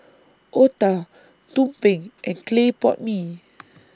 Otah Tumpeng and Clay Pot Mee